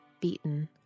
beaten